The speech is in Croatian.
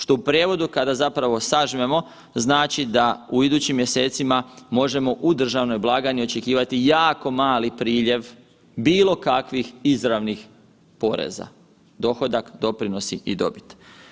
Što u prijevodu kada zapravo sažmemo znači da u idućim mjesecima možemo u državnoj blagajni očekivati jako mali priljev bilo kakvih izravnih poreza, dohodak, doprinosi i dobit.